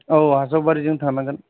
औ हास्राव बारिजों थांनांगोन